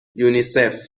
یونیسف